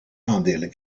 aandelen